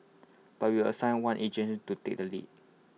but we will assign one agent to take the lead